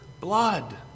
blood